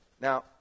Now